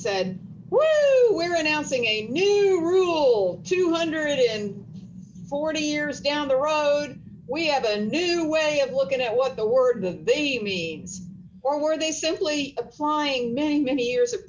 said we're announcing a new rule two hundred and forty years down the road we have a new way of looking at what the word they means or were they simply applying many many years of